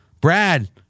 Brad